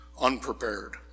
unprepared